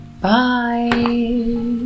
Bye